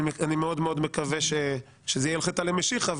אני מאוד מאוד מקווה שזה יהיה הלכתא דמשיחא,